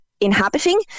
Inhabiting